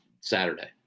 Saturday